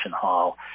hall